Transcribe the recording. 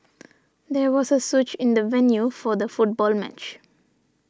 there was a switch in the venue for the football match